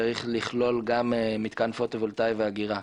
צריך לכלול גם מתקן פוטו וולטאי ואגירה,